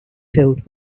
field